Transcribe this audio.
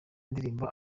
indirimbo